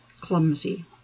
clumsy